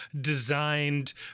designed